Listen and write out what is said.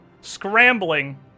scrambling